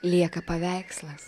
lieka paveikslas